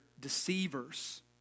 deceivers